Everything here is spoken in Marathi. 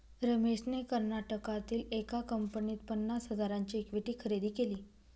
रमेशने कर्नाटकातील एका कंपनीत पन्नास हजारांची इक्विटी खरेदी केली